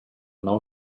nou